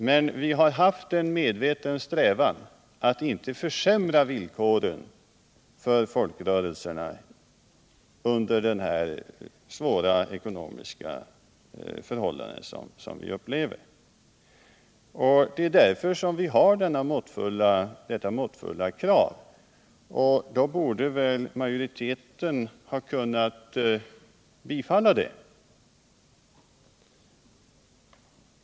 Men vi har haft en medveten strävan: att inte försämra villkoren för folkrörelserna under de svåra ekonomiska förhållanden som vi upplever. Det är därför som vi har framställt detta måttfulla krav, och då borde väl majoriteten ha kunnat biträda det.